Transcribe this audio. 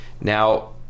Now